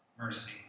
mercy